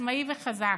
עצמאי וחזק.